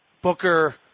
Booker